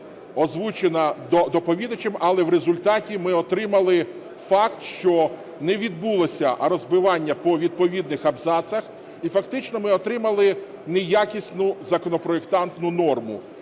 озвучена доповідачем, але в результаті ми отримали факт, що не відбулося розбивання по відповідних абзацах, і фактично ми отримали неякісну законопроектантну норму,